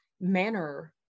manner